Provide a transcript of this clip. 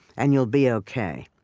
and you'll be ok.